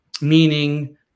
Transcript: meaning